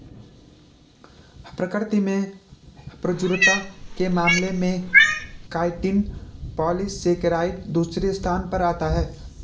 प्रकृति में प्रचुरता के मामले में काइटिन पॉलीसेकेराइड दूसरे स्थान पर आता है